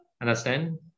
Understand